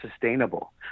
sustainable